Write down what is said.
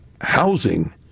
housing